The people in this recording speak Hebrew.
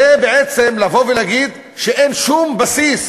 זה בעצם לבוא ולהגיד שאין שום בסיס